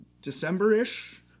December-ish